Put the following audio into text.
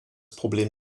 problem